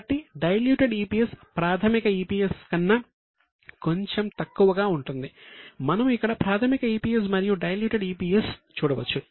కాబట్టి diluted EPS చూడవచ్చు